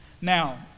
Now